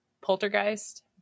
poltergeist